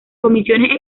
comisiones